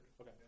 Okay